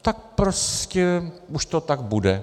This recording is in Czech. Tak prostě už to tak bude.